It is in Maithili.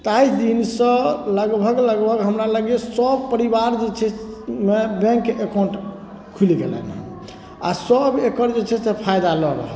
ताहि दिनसँ लगभग लगभग हमरा लगैए जे सभ परिवार जे छै से मे बैंक एकाउन्ट खुलि गेलै हन आओर सभ एकर जे छै से फायदा लऽ रहल छै